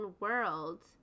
world